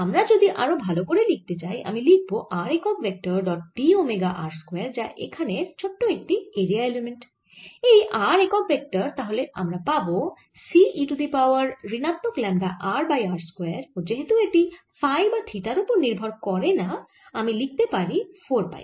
আমরা যদি আরো ভাল করে লিখতে চাই আমি লিখব r একক vector dot d omega r square যা এখানের ছোট একটি এরিয়া এলিমেন্ট এই r একক ভেক্টর তাহলে আমরা পাবো C e to the power ঋণাত্মক lambda r by r square ও যেহেতু এটি ফাই বা থিটার ওপরে নির্ভর করেনা আমি লিখতে পারি 4 পাই